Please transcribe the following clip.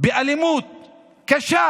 באלימות קשה,